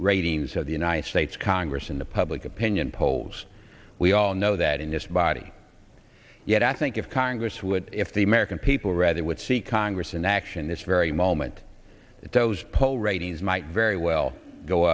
ratings of the united states congress in the public opinion polls we all know that in this body yet i think if congress would if the american people read it would see congress in action this very moment if those poll ratings might very well go